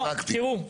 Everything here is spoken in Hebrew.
אני מגיע למתווה תראו,